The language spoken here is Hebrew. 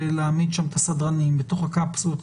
להעמיד שם את הסדרנים בתוך הקפסולות,